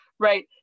Right